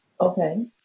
Okay